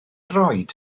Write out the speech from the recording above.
droed